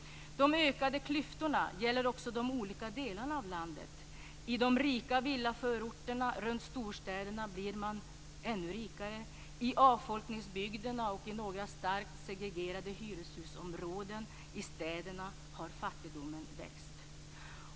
De ökade klyftorna gäller också de olika delarna av landet. I de rika villaförorterna runt storstäderna blir man ännu rikare. I avfolkningsbygderna och i några starkt segregerade hyreshusområden i städerna har fattigdomen växt.